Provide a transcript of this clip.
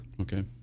Okay